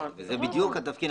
וזה בדיוק התפקיד.